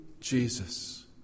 jesus